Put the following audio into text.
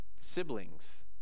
Siblings